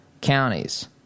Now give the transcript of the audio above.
counties